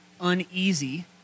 uneasy